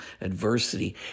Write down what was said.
adversity